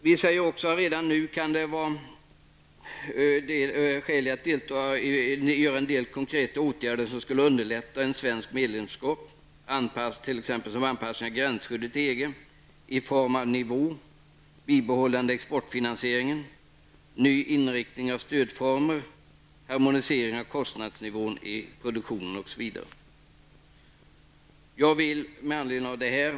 Vi framhåller dessutom: ''Redan nu kan förutses en del konkreta åtgärder som skulle underlätta ett svenskt medlemskap, t.ex. anpassning av gränsskyddet till EGs form och nivå, bibehållande av exportfinansieringen i avvaktan på EGs beslut i frågan, ny inriktning av stödformer som har formen av prispåslag och harmonisering av kostnadsnivån i produktionen.''